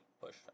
push